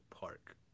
park